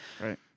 Right